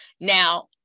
Now